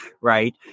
right